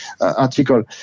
article